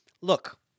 look